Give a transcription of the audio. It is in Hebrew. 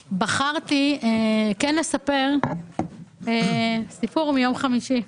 דווקא בחרתי לספר סיפור מיום חמישי.